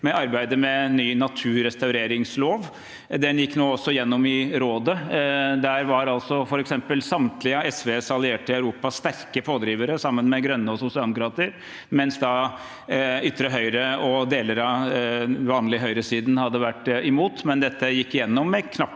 med arbeidet med ny naturrestaureringslov. Den gikk nå også gjennom i Rådet, og der var f.eks. samtlige av SVs allierte i Europa sterke pådrivere, sammen med grønne og sosialdemokrater, mens ytre høyre og deler av den vanlige høyresiden hadde vært imot – men dette gikk gjennom med knapp margin.